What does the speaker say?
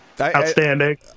outstanding